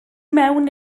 mewn